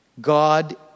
God